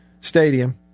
stadium